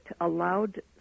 allowed